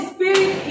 Spirit